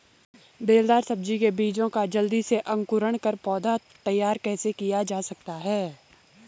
बेलदार सब्जी के बीजों का जल्दी से अंकुरण कर पौधा तैयार कैसे किया जा सकता है?